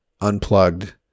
unplugged